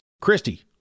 Christy